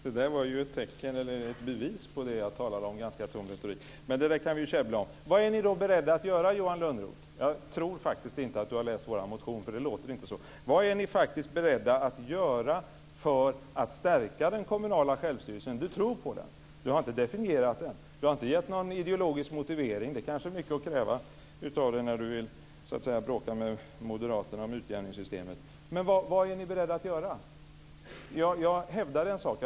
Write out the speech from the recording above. Fru talman! Det där var ju ett bevis på det jag talade om, dvs. ganska tom retorik. Men det kan vi käbbla om. Jag tror inte att Johan Lönnroth har läst vår motion - det låter inte så. Vad är ni faktiskt beredda att göra för att stärka den kommunala självstyrelsen? Johan Lönnroth tror på den, men han har inte definierat den. Han har inte gett någon ideologisk motivering. Det kanske är mycket att kräva av Johan Lönnroth, när han vill bråka med moderaterna om utjämningssystemet. Vad är ni beredda att göra? Jag hävdade en sak.